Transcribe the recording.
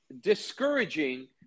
discouraging